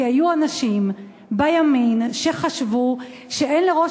כי היו אנשים בימין שחשבו שאין לראש